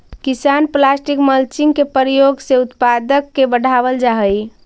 किसान plastic mulching के प्रयोग से उत्पादक के बढ़ावल जा हई